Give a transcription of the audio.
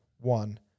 one